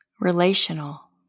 relational